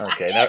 Okay